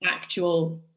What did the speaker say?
actual